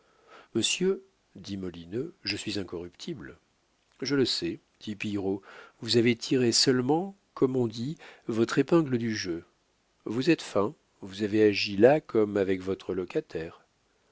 monsieur dit molineux je suis incorruptible je le sais dit pillerault vous avez tiré seulement comme on dit votre épingle du jeu vous êtes fin vous avez agi là comme avec votre locataire